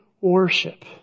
worship